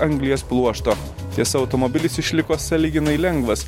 anglies pluošto tiesa automobilis išliko sąlyginai lengvas